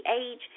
age